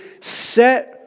set